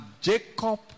Jacob